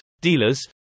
dealers